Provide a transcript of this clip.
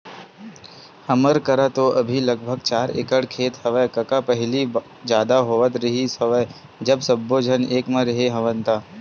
हमर करा तो अभी लगभग चार एकड़ खेत हेवय कका पहिली जादा होवत रिहिस हवय जब सब्बो झन एक म रेहे हवन ता